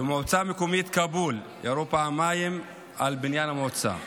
במועצה המקומית כאבול ירו פעמיים על בניין המועצה.